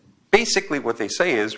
basically what they say is